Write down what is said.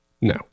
No